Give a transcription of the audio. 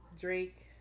Drake